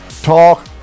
Talk